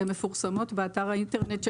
הן מפורסמות באתר האינטרנט .